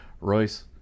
Royce